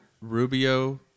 Rubio